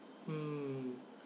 hmm